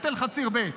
את תל חציר ב',